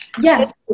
Yes